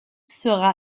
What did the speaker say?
sera